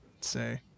say